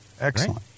Excellent